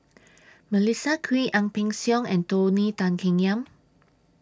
Melissa Kwee Ang Peng Siong and Tony Tan Keng Yam